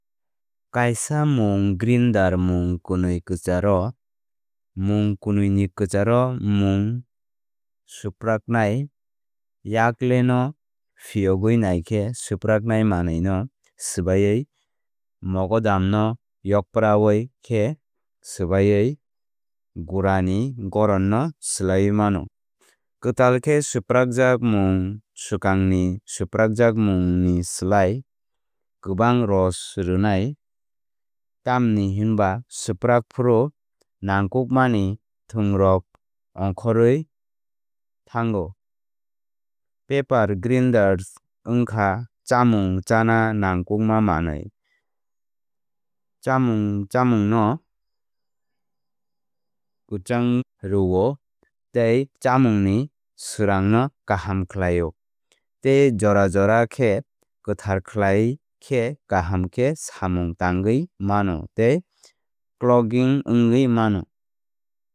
Kaisa mwng grinder mwng kwnwi kwcharo mwng kwnwi ni kwcharo mwng swpraknai. Yakle no phiyogwi naikhe swpraknai manwi no swbaiwi mogodam no yokpra oui khe swbaiwi gora ni goron no swlaiwi mano. Kwtal khe swprakjak mwng swkangni swprakjak mwng ni slai kwbang ross rwnai. Tamni hwnba swprak phuru nangkukmani thunrok ongkhorwi thango. Pepper grinders wngkha chámung chána nangkukma manwi. Chámung chámungno kwchang rwo tei chámungni swrangno kaham khlaio. Tei jora jora khe kwthar khlai khe kaham khe samung tangwi mano tei clogging wngwi mano.